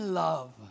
love